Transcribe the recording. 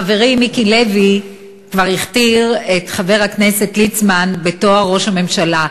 חברי מיקי לוי כבר הכתיר את חבר הכנסת ליצמן בתואר ראש הממשלה.